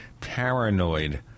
paranoid